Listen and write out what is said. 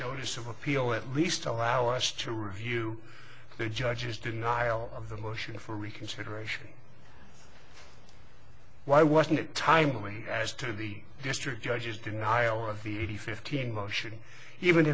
notice of appeal at least allow us to review the judge's denial of the motion for reconsideration why wasn't it time as to the district judges denial of the fifteen motion even